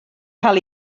cael